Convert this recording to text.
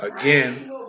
again